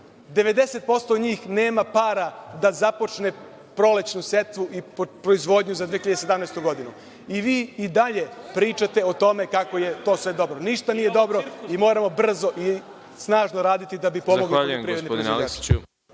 posto njih nema para da započne prolećnu setvu i proizvodnju za 2017. godinu i vi i dalje pričate o tome kako je to sve dobro. Ništa nije dobro i moramo brzo i snažno raditi da bi pomogli poljoprivrednim proizvođačima.